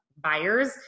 buyers